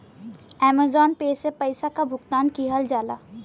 Amazon Pay से पइसा क भुगतान किहल जाला